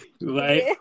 Right